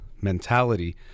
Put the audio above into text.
mentality